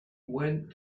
went